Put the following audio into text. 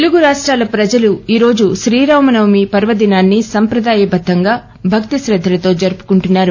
తెలుగు రాష్రాల ప్రజలు ఈ రోజు శ్రీరామ నవమి పర్వదినాన్ని సంప్రదాయ బద్దంగా ఆనందోత్సవాతో జరుపుకుంటున్నారు